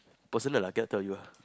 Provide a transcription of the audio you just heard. personal ah cannot tell you ah